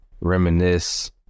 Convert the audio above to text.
reminisce